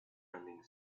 ending